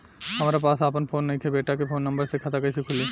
हमरा पास आपन फोन नईखे बेटा के फोन नंबर से खाता कइसे खुली?